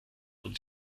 wurde